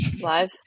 live